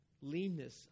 Leanness